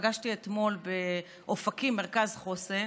פגשתי אתמול באופקים מרכז חוסן